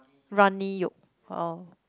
runny yolk oh